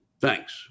Thanks